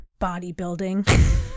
Bodybuilding